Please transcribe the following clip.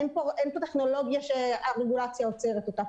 אין פה טכנולוגיה שהרגולציה עוצר אותה.